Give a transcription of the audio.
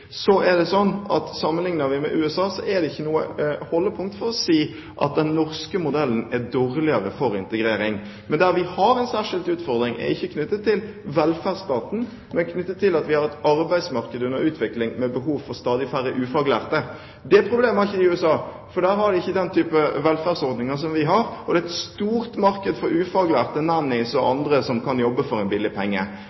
vi med USA, er det ikke noe holdepunkt for å si at den norske modellen er dårligere for integrering. Men der vi har en særskilt utfordring, er ikke knyttet til velferdsstaten, men knyttet til at vi har et arbeidsmarked under utvikling med behov for stadig færre ufaglærte. Det problemet har de ikke i USA. Der har de ikke den typen velferdsordninger som vi har, og det er et stort marked for ufaglærte nannys og